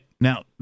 now